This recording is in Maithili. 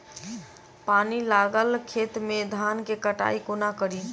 पानि लागल खेत मे धान केँ कटाई कोना कड़ी?